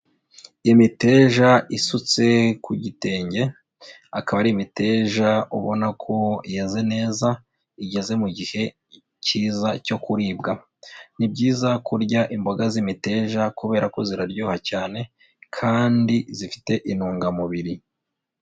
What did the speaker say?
Imiteja isutse ku gitenge, akaba ari imiteja ubona ko yeze neza igeze mu gihe cyiza cyo kuribwa. Ni byiza kurya imboga z'imiteja kubera ko ziraryoha cyane kandi zifite intungamubiri.